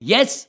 Yes